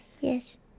yes